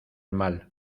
mal